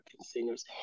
singers